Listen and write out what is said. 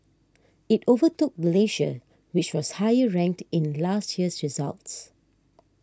it overtook Malaysia which was higher ranked in last year's results